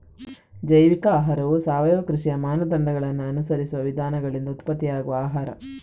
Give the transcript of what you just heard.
ಜೈವಿಕ ಆಹಾರವು ಸಾವಯವ ಕೃಷಿಯ ಮಾನದಂಡಗಳನ್ನ ಅನುಸರಿಸುವ ವಿಧಾನಗಳಿಂದ ಉತ್ಪತ್ತಿಯಾಗುವ ಆಹಾರ